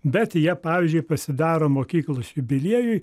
bet jie pavyzdžiui pasidaro mokyklos jubiliejui